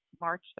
March